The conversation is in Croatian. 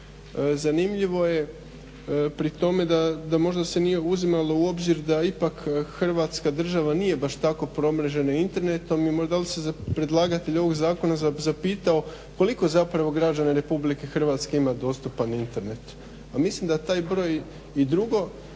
Zanimljivo je pri tome da možda se nije uzimalo u obzir da ipak Hrvatska država nije baš tako promrežena internetom i dal se predlagatelj ovog zakona zapitao koliko građane RH ima dostupan Internet. I drugo kada je riječ o